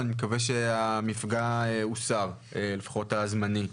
אני מקווה שהמפגע שקמתם אתו הוסר, לפחות הזמני.